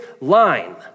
line